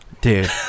Dude